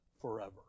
forever